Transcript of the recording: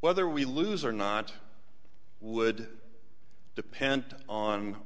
whether we lose or not would depend on